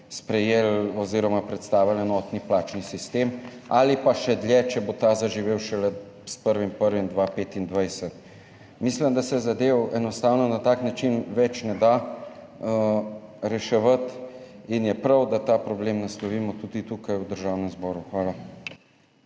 sprejeli oziroma predstavili enotni plačni sistem, ali pa še dlje, če bo ta zaživel šele s 1. 1. 2025. Mislim, da se zadev enostavno na tak način več ne da reševati in je prav, da ta problem naslovimo tudi tukaj v Državnem zboru. Hvala.